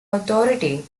authority